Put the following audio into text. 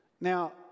Now